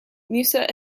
musa